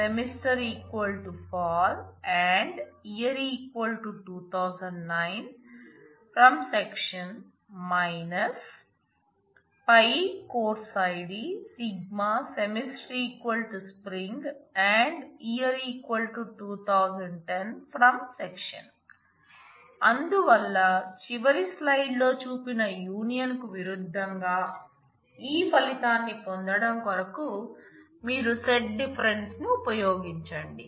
Πcourse id అందువల్ల చివరి slide లో చూపిన యూనియన్ ని ఉపయోగించండి